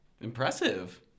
Impressive